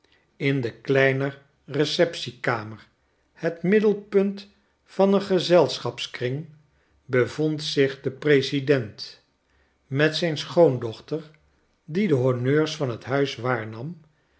in de kleiner receptiekamer het middelpunt van een gezelschapskring bevond zich de president met zijn schoondochter die de honneurs van t huis waarnam